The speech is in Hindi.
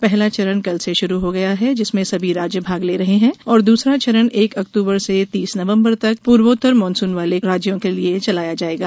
पहला चरण कल से शुरू हो गया है जिसमें सभी राज्य भाग ले रहे हैं और दूसरा चरण एक अक्तूबर से तीस नवम्बर तक पूर्वोत्तर मानसून वाले राज्यों के लिए चलाया जाएगा